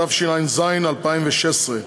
התשע"ז 2016,